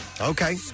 Okay